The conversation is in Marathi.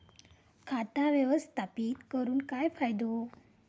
खाता व्यवस्थापित करून काय फायदो?